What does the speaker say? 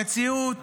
המציאות